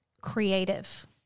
creative